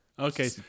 Okay